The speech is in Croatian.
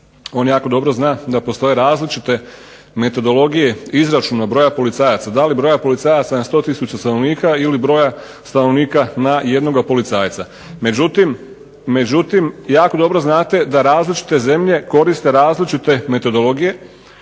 On jako dobro zna da postoje različite metodologije izračuna broja policajaca. Da li broja policajaca na 100 tisuća stanovnika ili broja stanovnika na jednoga policajca. Međutim, jako dobro znate da različite zemlje koriste različite metodologije